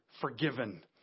forgiven